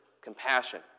compassion